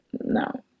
No